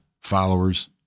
followers